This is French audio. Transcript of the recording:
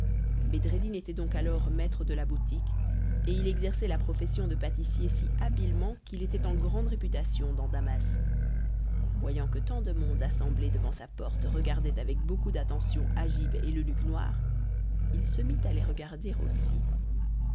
bedreddin était donc alors maître de la boutique et il exerçait la profession de pâtissier si habilement qu'il était en grande réputation dans damas voyant que tant de monde assemblé devant sa porte regardait avec beaucoup d'attention agib et l'eunuque noir il se mit à les regarder aussi